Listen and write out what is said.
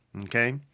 Okay